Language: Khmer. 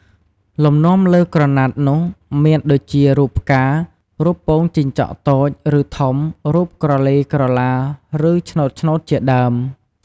លំនាំលើក្រណាត់នោះមានដូចជារូបផ្កា រូបពងជីងចក់តូច ឬ ធំ រូបក្រឡេក្រឡា ឬ ឆ្នូតៗជាដើម។